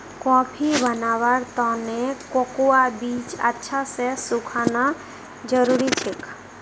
coffee बनव्वार त न कोकोआ बीजक अच्छा स सुखना जरूरी छेक